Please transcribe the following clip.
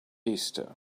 easter